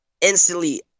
Instantly